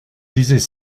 disais